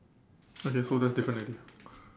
okay so that's different already